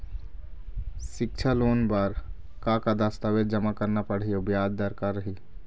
सिक्छा लोन बार का का दस्तावेज जमा करना पढ़ही अउ ब्याज दर का रही?